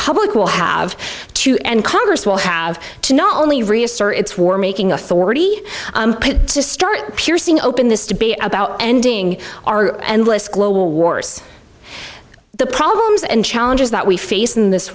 public will have to and congress will have to not only reassert its war making authority to start piercing open this debate about ending are endless global wars the problems and challenges that we face in this